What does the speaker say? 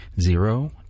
zero